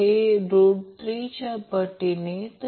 हे न्यूट्रल जोडलेले current In आहे आहे